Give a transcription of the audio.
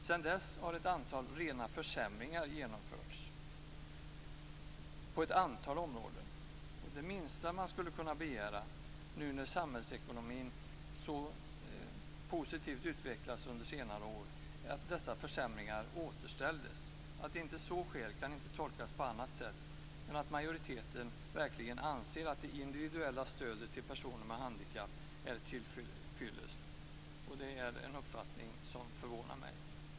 Sedan dess har ett antal rena försämringar genomförts på ett antal områden. Det minsta man skulle kunna begära, nu när samhällsekonomin har utvecklats så positivt under senare år, är att dessa försämringar återställs. Att inte så sker kan inte tolkas på annat sätt än att majoriteten verkligen anser att det individuella stödet till personer med handikapp är tillfyllest. Det är en uppfattning som förvånar mig.